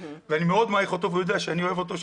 ואני מאוד מעריך אותו והוא יודע שאני אוהב אותו.